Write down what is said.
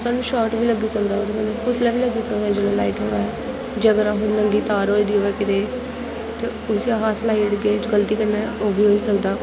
सानूं शार्ट बी लग्गी सकदा ओहदे कन्नै कुसलै बी लग्गी सकदा ऐ जेल्लै लाईट होवे जेकर अह् नंगी तार होई दी होवे कितै ते उस्सी अस लाई ओड़गे गलती कन्नै ओह् बी होई सकदा